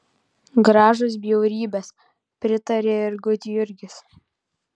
gražūs bjaurybės pritarė ir gudjurgis